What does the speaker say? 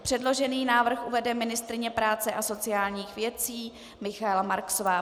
Předložený návrh uvede ministryně práce a sociálních věcí Michaela Marksová.